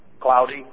cloudy